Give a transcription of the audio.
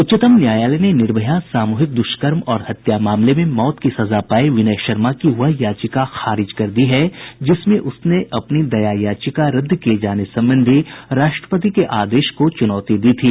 उच्चतम न्यायालय ने निर्भया सामूहिक द्रष्कर्म और हत्या मामले में मौत की सजा पाए विनय शर्मा की वह याचिका खारिज कर दी है जिसमें उसने अपनी दया याचिका रद्द किये जाने संबंधी राष्ट्रपति के आदेश को चुनौती दी थी